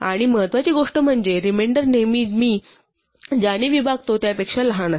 आणि महत्वाची गोष्ट म्हणजे रिमेंडर नेहमी मी ज्याने विभागतो त्यापेक्षा लहान असते